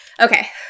okay